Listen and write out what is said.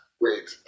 Wait